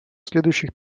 следующих